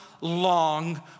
long